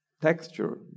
texture